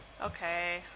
Okay